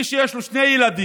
מי שיש לו שני ילדים